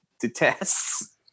detests